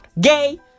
gay